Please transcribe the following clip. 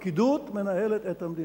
הפקידות מנהלת את המדינה.